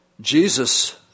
Jesus